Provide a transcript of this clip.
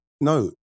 No